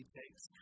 takes